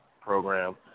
program